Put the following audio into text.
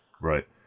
Right